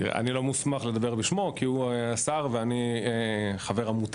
אני לא מוסמך לדבר בשמו כי הוא השר ואני חבר עמותה,